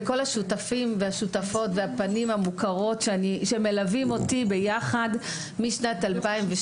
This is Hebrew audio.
לכל השותפים והשותפות והפנים המוכרות שמלווים אותי ביחד משנת 2012,